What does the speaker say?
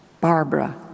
Barbara